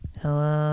hello